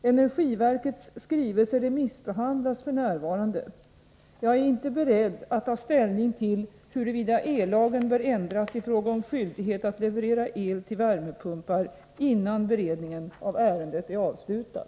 Energiverkets skrivelse remissbehandlas f. n. Jag är inte beredd att ta ställning till huruvida ellagen bör ändras i fråga om skyldighet att leverera el till värmepumpar innan beredningen av ärendet är avslutad.